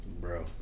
Bro